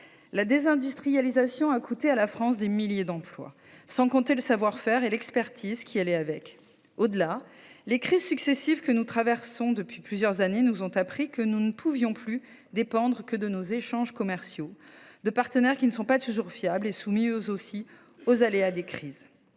La désindustrialisation a coûté à la France des milliers d’emplois, sans compter le savoir-faire et l’expertise qui allaient avec. Au-delà, les crises successives que nous traversons depuis plusieurs années nous ont appris que nous ne pouvions plus dépendre uniquement de nos échanges commerciaux, nos partenaires n’étant pas toujours fiables et étant, eux aussi, soumis aux aléas des crises.